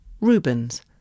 Rubens